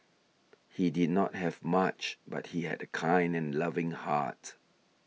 he did not have much but he had a kind and loving heart